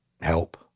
help